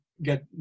get